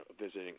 visiting